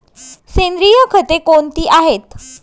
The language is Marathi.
सेंद्रिय खते कोणती आहेत?